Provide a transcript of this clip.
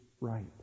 right